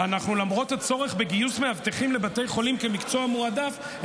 למרות הצורך בגיוס מאבטחים לבתי חולים כמקצוע מועדף,